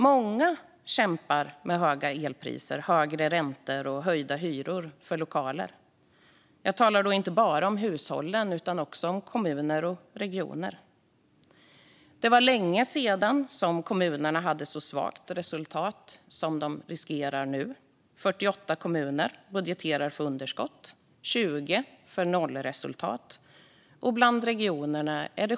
Många kämpar med höga elpriser, högre räntor och höjda hyror för lokaler. Jag talar då inte bara om hushållen utan också om regioner och kommuner. Det var länge sedan kommunerna hade ett så svagt resultat som de riskerar nu. 48 kommuner budgeterar för underskott och 20 för nollresultat.